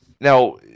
now